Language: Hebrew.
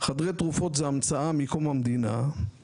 חדרי תרופות זו המצאה מקום המדינה.